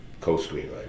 co-screenwriter